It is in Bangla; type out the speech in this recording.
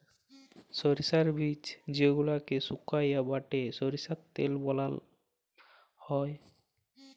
সরষার বীজ যেগলাকে সুকাই বাঁটে সরষার তেল বালাল হ্যয়